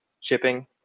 shipping